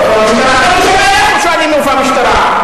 איפה המשטרה?